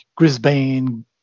Grisbane